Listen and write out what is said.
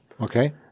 Okay